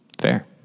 Fair